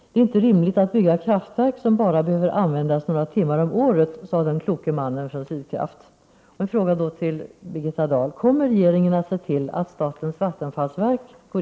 ”Det är inte rimligt att bygga kraftverk som bara behöver användas några timmar om året”, sade den kloke mannen från Sydkraft. När det gäller elkonsumtionen är Sverige och Norge världsledande.